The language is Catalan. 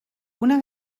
una